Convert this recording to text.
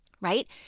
Right